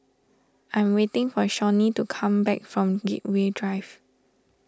I'm waiting for Shawnee to come back from Gateway Drive